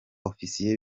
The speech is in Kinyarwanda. ofisiye